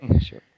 Sure